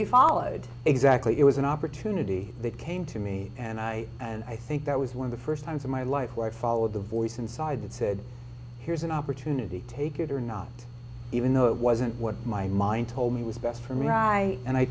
you followed exactly it was an opportunity that came to me and i i think that was one of the first times in my life or followed the voice inside that said here's an opportunity take it or not even though it wasn't what my mind told me was best for me or i and i